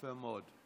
יפה מאוד.